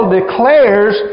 declares